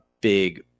big